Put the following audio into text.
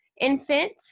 infant